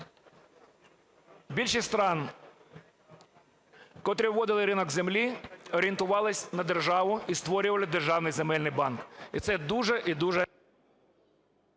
Більшість стран, котрі вводили ринок землі, орієнтувалися на державу і створювали державний земельний банк, і це дуже і дуже…